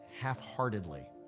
half-heartedly